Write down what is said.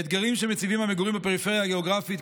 לאתגרים שמציבים המגורים בפריפריה הגיאוגרפית,